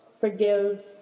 forgive